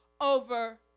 over